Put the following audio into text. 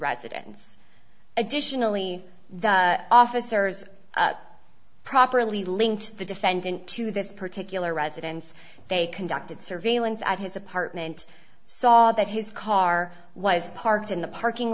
residence additionally the officers properly linked to the defendant to this particular residence they conducted surveillance at his apartment saw that his car was parked in the parking